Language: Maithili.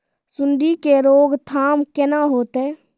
सुंडी के रोकथाम केना होतै?